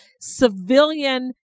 civilian